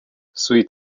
sweet